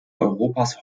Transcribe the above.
europas